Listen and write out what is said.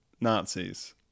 Nazis